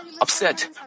upset